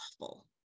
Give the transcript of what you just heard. awful